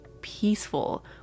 peaceful